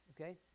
okay